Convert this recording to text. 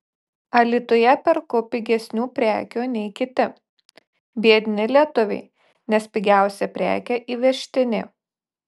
alytuje perku pigesnių prekių nei kiti biedni lietuviai nes pigiausia prekė įvežtinė